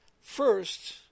first